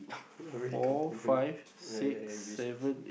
you are already counting him ya ya ya